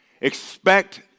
Expect